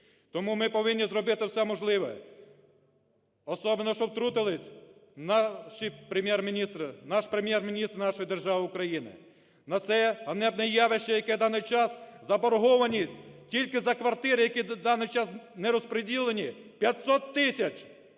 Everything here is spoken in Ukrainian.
Тому ми повинні зробити все можливе, особенно щоб втрутився наш Прем'єр-міністр, нашої держави Україна. На це ганебне явище, яке є в даний час, заборгованість тільки за квартири, які в даний час не розподілені, 500 тисяч.